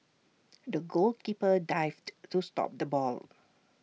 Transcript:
the goalkeeper dived to stop the ball